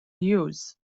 use